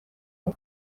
ایه